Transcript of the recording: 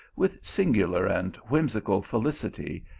with singu lar and whimsical felicity,